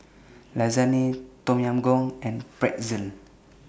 Lasagne Tom Yam Goong and Pretzel